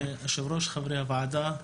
היושב ראש, חברי הוועדה,